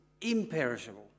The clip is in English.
imperishable